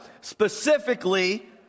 Specifically